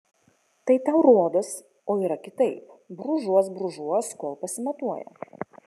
tai tau rodos o yra kitaip brūžuos brūžuos kol pasimatuoja